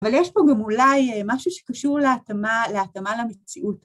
‫אבל יש פה גם אולי משהו ‫שקשור להתאמה... להתאמה למציאות.